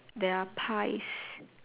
they are pies